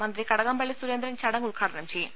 മന്ത്രി കടകംപളളി സുരേന്ദ്രൻ ചടങ്ങ് ഉദ്ഘാടനം ചെയ്യും